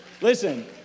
Listen